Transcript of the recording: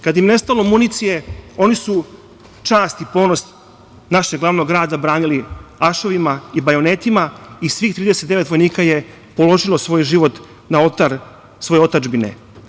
Kada im je nestalo municije, oni su čast i ponos našeg glavnog grada branili ašovima i bajonetima i svih 39 vojnika je položilo svoj život na oltar svoje otadžbine.